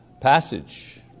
passage